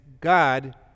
God